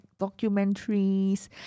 documentaries